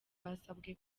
basabwe